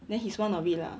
then he's one of it lah